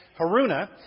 Haruna